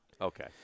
Okay